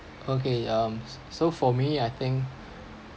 okay um s~ so for me I think